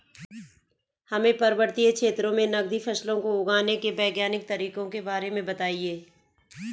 हमें पर्वतीय क्षेत्रों में नगदी फसलों को उगाने के वैज्ञानिक तरीकों के बारे में बताइये?